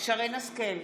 שרן מרים השכל,